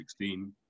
2016